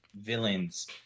villains